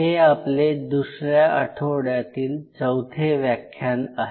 हे आपले दुसऱ्या आठवड्यातील चौथे व्याख्यान आहे